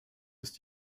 ist